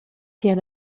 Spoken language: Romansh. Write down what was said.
tier